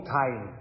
time